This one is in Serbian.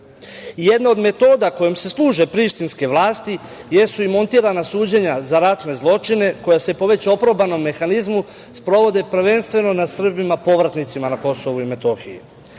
od metoda kojom se služe prištinske vlasti jesu i montirana suđenja za ratne zločine, koja se po već oprobanom mehanizmu, sprovode prvenstveno na Srbima povratnicima na KiM.Naime,